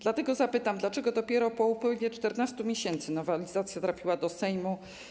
Dlatego zapytam: Dlaczego dopiero po upływie 14 miesięcy nowelizacja trafiła do Sejmu?